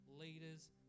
leaders